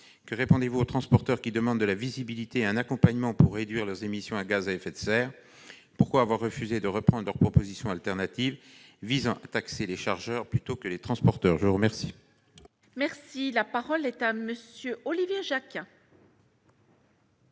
Que répondez-vous aux transporteurs qui demandent de la visibilité et un accompagnement pour réduire leurs émissions de gaz à effet de serre ? Pourquoi avoir refusé de reprendre leurs propositions alternatives visant àtaxer les chargeurs plutôt que les transporteurs ? La parole est à M. Olivier Jacquin,